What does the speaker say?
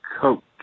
Coke